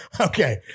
Okay